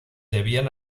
debían